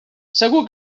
segur